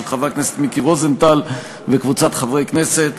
של חבר הכנסת מיקי רוזנטל וקבוצת חברי הכנסת,